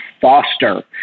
foster